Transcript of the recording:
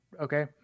Okay